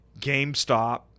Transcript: GameStop